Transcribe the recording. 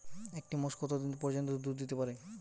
একটি মোষ কত দিন পর্যন্ত দুধ দিতে পারে?